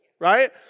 right